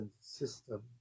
system